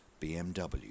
bmw